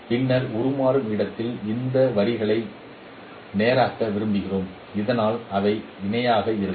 பின்னர் உருமாறும் இடத்தில் இந்த வரிகளை நேராக்க விரும்புகிறோம் இதனால் அவை இணையாக இருக்கும்